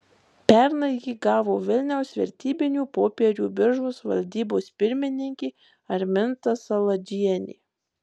pernai jį gavo vilniaus vertybinių popierių biržos valdybos pirmininkė arminta saladžienė